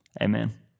Amen